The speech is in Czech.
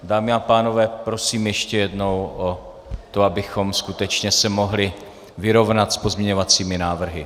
Dámy a pánové, prosím ještě jednou o to, abychom se skutečně mohli vyrovnat s pozměňovacími návrhy.